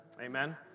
Amen